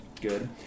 good